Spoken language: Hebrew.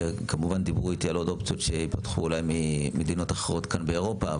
כמובן דיברו איתי על עוד אופציות שפתחו אולי ממדינות אחרות כאן באירופה.